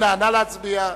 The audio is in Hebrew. להצביע.